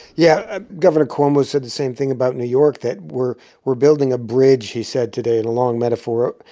yeah, gov. and cuomo said the same thing about new york, that we're we're building a bridge, he said today in a long metaphor,